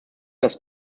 das